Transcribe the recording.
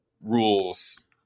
rules